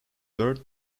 dirt